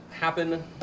Happen